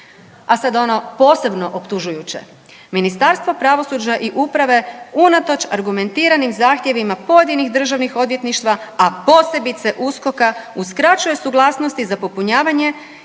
A sad ono posebno optužujuće. Ministarstvo pravosuđa i uprave unatoč argumentiranim zahtjevima pojedinih državnih odvjetništva, a posebice USKOK-a uskraćuje suglasnosti za popunjavanje